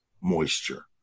moisture